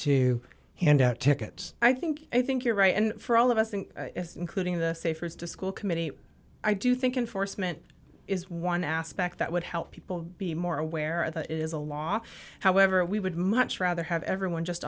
to hand out tickets i think i think you're right and for all of us in including the safer is to school committee i do think enforcement is one aspect that would help people be more aware of it is a law however we would much rather have everyone just